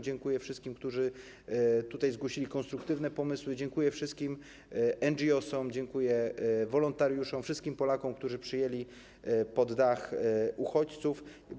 Dziękuję wszystkim, którzy zgłosili konstruktywne pomysły, dziękuję wszystkim NGOsom, dziękuję wolontariuszom, wszystkim Polakom, którzy przyjęli pod dach uchodźców.